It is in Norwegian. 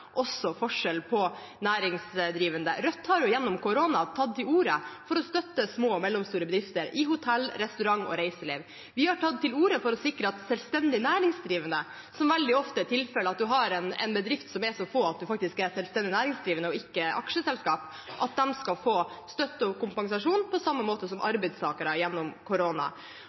også forskjell på næringsdrivende. Rødt har gjennom koronapandemien tatt til orde for å støtte små og mellomstore bedrifter innen hotell-, restaurant- og reiselivsnæringen. Vi har tatt til orde for å sikre at selvstendig næringsdrivende – veldig ofte er tilfellet at man har en bedrift der det er så få at man faktisk er selvstendig næringsdrivende og ikke aksjeselskap – skal få støtte og kompensasjon på samme måte som arbeidstakere gjennom